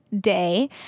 Day